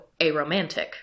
aromantic